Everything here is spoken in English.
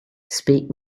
speak